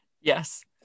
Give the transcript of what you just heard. Yes